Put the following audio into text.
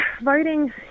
Voting